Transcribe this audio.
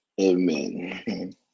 Amen